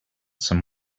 some